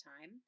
Time